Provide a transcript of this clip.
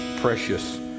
precious